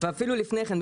ואפילו לפני כן,